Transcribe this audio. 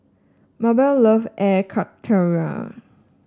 Mabell love Air Karthira